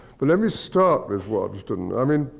but let me start with waddesdon. i mean,